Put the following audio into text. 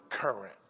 current